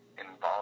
involved